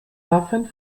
waffen